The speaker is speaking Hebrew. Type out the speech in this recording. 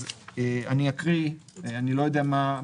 אקרא אותה.